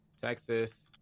Texas